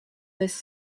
this